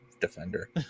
defender